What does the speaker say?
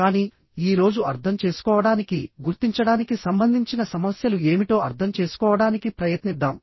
కానీఈ రోజు అర్థం చేసుకోవడానికి గుర్తించడానికి సంబంధించిన సమస్యలు ఏమిటో అర్థం చేసుకోవడానికి ప్రయత్నిద్దాం